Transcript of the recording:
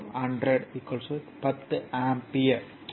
1 100 10 ampere ஆகும்